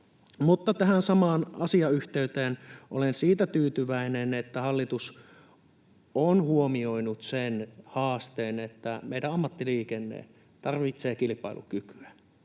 Tässä samassa asiayhteydessä olen siitä tyytyväinen, että hallitus on huomioinut sen haasteen, että meidän ammattiliikenne tarvitsee kilpailukykyä.